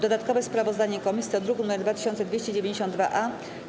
Dodatkowe sprawozdanie komisji to druk nr 2292-A.